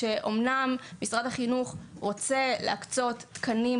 שאמנם משרד החינוך רוצה להקצות תקנים